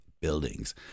buildings